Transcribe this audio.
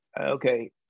okay